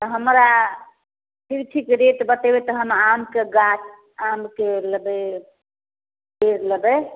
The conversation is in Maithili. हमरा ठीक ठीक रेट बतेबै तहन आमके गाछ आमके लेबै पेड़ लेबै